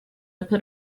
put